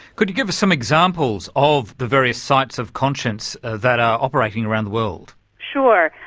could you give us some examples of the various sites of conscience that are operating around the world? sure.